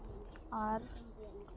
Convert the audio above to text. ᱟᱨ